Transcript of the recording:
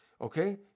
Okay